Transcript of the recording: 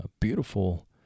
beautiful